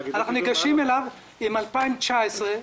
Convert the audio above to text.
אנחנו ניגשים אליו עם תקציב שנת 2019,